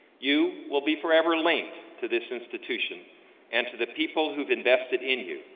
you will be forever linked to this institution and to the people who've invested in you